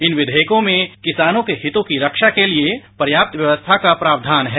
इन विधेयकों में किसानों के हितों की रक्षा के लिए पर्याप्त व्यवस्था का प्रावधान है